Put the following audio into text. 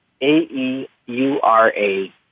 A-E-U-R-A